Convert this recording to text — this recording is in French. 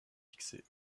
fixé